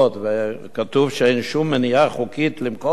וכתוב שאין שום מניעה חוקית למכור לה,